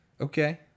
Okay